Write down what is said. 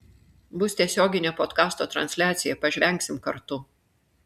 bus tiesioginė podkasto transliacija pažvengsim kartu